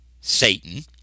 Satan